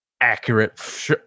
accurate